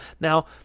Now